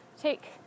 take